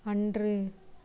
அன்று